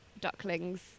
ducklings